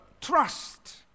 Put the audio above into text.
trust